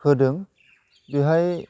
होदों बेहाय